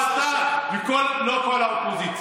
לא אתה ולא כל האופוזיציה.